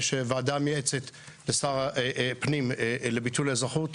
יש ועדה מייעצת לשר הפנים לביטול האזרחות.